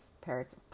parrots